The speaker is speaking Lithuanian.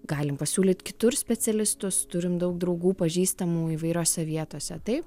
galim pasiūlyt kitur specialistus turim daug draugų pažįstamų įvairiose vietose taip